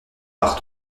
par